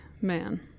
man